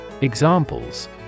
Examples